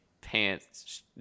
pants